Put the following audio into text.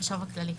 החשב כללי.